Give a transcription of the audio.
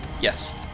Yes